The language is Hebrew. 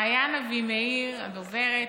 למעיין אבימאיר, הדוברת,